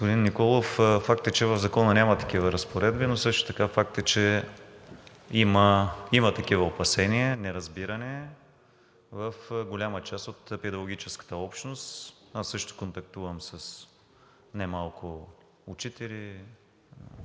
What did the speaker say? Господин Николов, факт е, че в Закона няма такива разпоредби, но също така факт е, че има такива опасения, неразбиране в голяма част от педагогическата общност. Аз също контактувам с немалко учители,